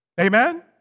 Amen